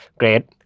great